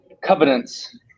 covenants